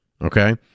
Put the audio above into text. okay